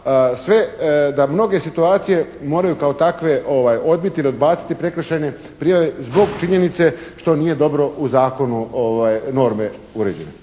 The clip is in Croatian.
sve, da mnoge situacije moraju kao takve odbiti ili odbaciti prekršajne prijave zbog činjenice što nije dobro u zakonu norme uređene.